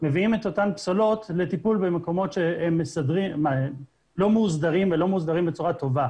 מביאים את אותן פסולות לטיפול במקומות שהם לא מוסדרים בצורה טובה.